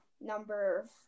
number